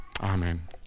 Amen